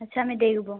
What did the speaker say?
আচ্ছা আমি দেখব